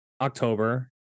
October